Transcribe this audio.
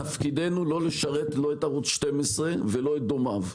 תפקידנו לא לשרת לא את ערוץ 12 ולא את דומיו.